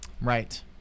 right